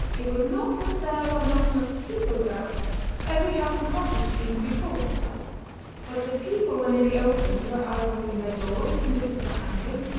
it was not that there were not enough people about, for every house and cottage seemed to be full but the people when in the open were either in their doorways some distance behind him,